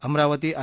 Amravati I